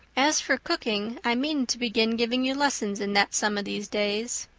as for cooking, i mean to begin giving you lessons in that some of these days.